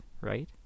right